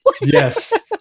Yes